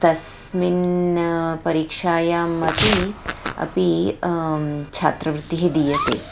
तस्मिन् परीक्षायाम् अपी अपि छात्रवृत्तिः दीयते